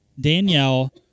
Danielle